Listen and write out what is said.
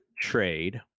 trade